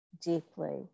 deeply